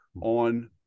on